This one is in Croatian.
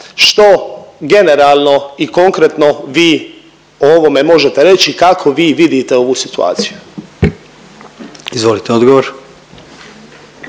što generalno i konkretno vi o ovome možete reći i kako vi vidite ovu situaciju. **Jandroković,